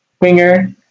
winger